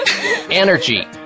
Energy